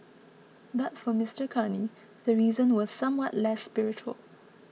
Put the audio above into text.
but for Mister Carney the reason was somewhat less spiritual